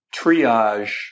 triage-